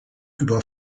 über